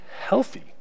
healthy